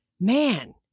man